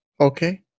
okay